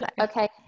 Okay